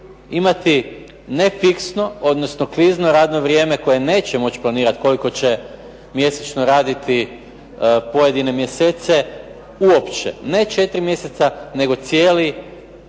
imati ne fiksno, odnosno klizno radno vrijeme koje neće moći planirati koliko će mjesečno raditi pojedine mjesece uopće. Ne 4 mjeseca, nego cijeli